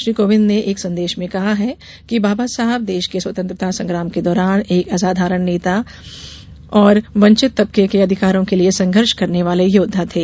श्री कोविंद ने एक संदेश में कहा कि बाबा साहब देश के स्वीतंत्रता संग्राम के दौरान एक असाधारण नेता और वंचित तबके के अधिकारों के लिए संघर्ष करने वाले योद्वा थे